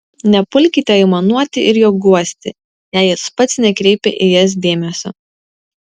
nepulkite aimanuoti ir jo guosti jei jis pats nekreipia į jas dėmesio